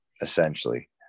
essentially